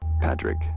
Patrick